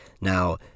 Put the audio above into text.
Now